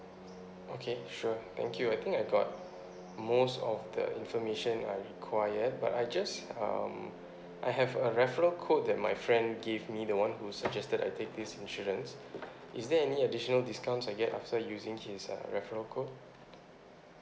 okay sure thank you I think I got most of the information I required but I just um I have a referral code that my friend gave me the one who suggested I take this insurance is there any additional discounts I get after using his uh referral code